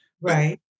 Right